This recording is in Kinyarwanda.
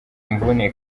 imvune